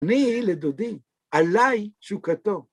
אני לדודי, עליי תשוקתו.